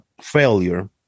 failure